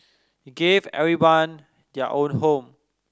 he gave everyone their own home